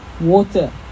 water